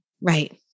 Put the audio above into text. Right